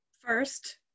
First